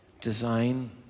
design